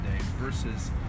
versus